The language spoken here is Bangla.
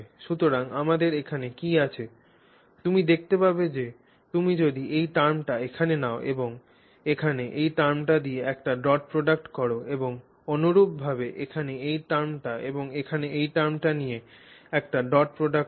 সুতরাং আমাদের এখানে কী আছে তুমি দেখতে পাবে যে তুমি যদি এই টার্মটি এখানে নাও এবং এখানে এই টার্মটি দিয়ে একটি ডট প্রোডাক্ট কর এবং অনুরূপভাবে এখানে এই টার্মটি এবং এখানে এই টার্মটি নিয়ে একটি ডট প্রোডাক্ট কর